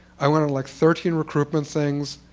i went to like thirteen recruitment things,